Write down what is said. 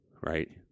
right